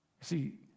See